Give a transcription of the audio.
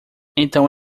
então